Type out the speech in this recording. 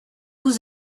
vous